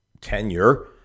tenure